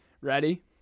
ready